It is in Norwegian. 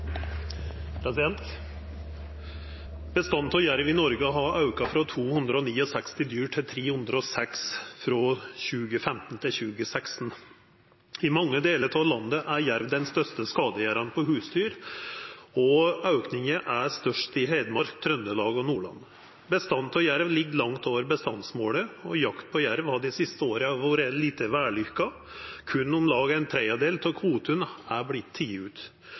306 fra 2015 til 2016. I mange deler av landet er jerv den største skadegjøreren på husdyr. Økningen er størst i Hedmark, Trøndelag og Nordland. Bestanden av jerv ligger langt over bestandsmålet, og jakt på jerv har de siste årene vært lite vellykket. Kun om lag en tredjedel av kvotene har blitt tatt ut.